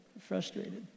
frustrated